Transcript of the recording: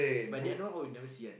but the other one all we never see right